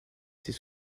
ses